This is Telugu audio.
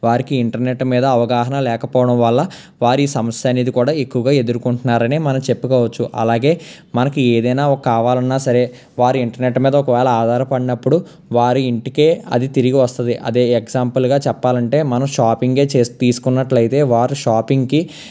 వారికి ఇంటర్నెట్ మీద అవగాహన లేకపోవడం వల్ల వారి ఈ సమస్య అనేది కూడా ఎక్కువగా ఎదుర్కొంటున్నారనే మనం చెప్పుకోవచ్చు అలాగే మనకి ఏదైనా ఒకటి కావాలనుకున్న సరే వారు ఇంటర్నెట్ మీద ఒకవేళ ఆధారపడినప్పుడు వారి ఇంటికే అది తిరిగి వస్తుంది అది ఎగ్జాంపుల్గా చెప్పాలంటే మనం షాపింగే చేసి తీసుకున్నట్లయితే వారు షాపింగ్కి